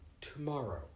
Tomorrow